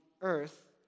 earth